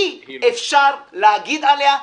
אי אפשר להגיד עליה.